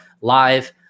live